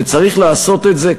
וצריך לעשות את זה,